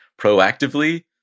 proactively